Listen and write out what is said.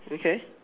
okay